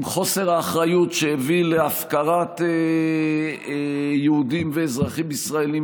חוסר האחריות שהביא להפקרת יהודים ואזרחים ישראלים